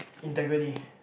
integrity